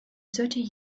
thirty